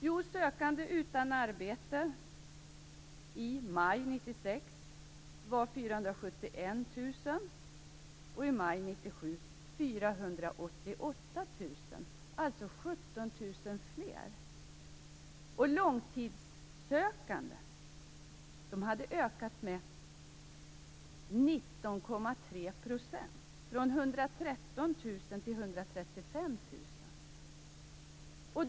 Jo, antalet sökande utan arbete var 471 000 i maj 1996 och 488 000 i maj 1997, alltså 17 000 fler. Antalet långtidssökande hade ökat med 19,3 %, från 113 000 till 135 000.